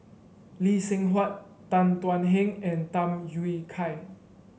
Lee Seng Huat Tan Thuan Heng and Tham Yui Kai